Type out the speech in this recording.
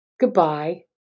goodbye